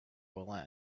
will